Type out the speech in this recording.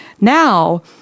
Now